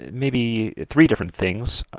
maybe three different things.